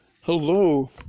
Hello